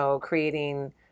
creating